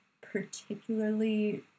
particularly